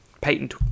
patent